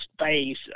space